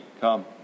Come